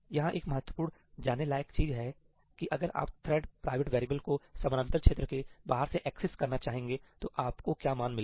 यहां एक महत्वपूर्ण जानने लायक चीज है की अगर आप थ्रेड प्राइवेट वैरिएबल को समानांतर क्षेत्र के बाहर से एक्सेस करना चाहेंगे तो आपको क्या मान मिलेगा